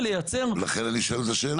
לייצר --- לכן אני שואל את השאלות.